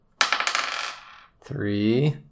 Three